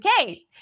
okay